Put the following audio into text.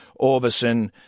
Orbison